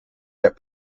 that